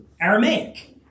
Aramaic